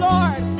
Lord